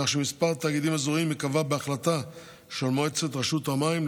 כך שמספר התאגידים האזוריים ייקבע בהחלטה של מועצת רשות המים,